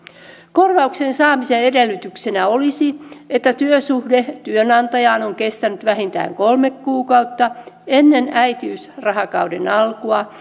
korvauksen saamisen edellytyksenä olisi että työsuhde työnantajaan on kestänyt vähintään kolme kuukautta ennen äitiysrahakauden alkua